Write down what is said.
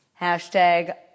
Hashtag